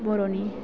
बर'नि